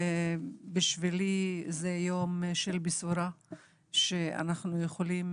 בשבילי זה יום של בשורה שאנחנו יכולים